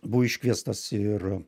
buvo iškviestas ir